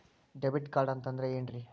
Debit card ಅಂತಂದ್ರೆ ಏನ್ರೀ?